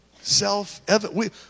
Self-evident